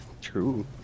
true